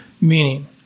Meaning